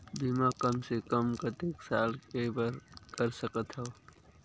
बीमा कम से कम कतेक साल के बर कर सकत हव?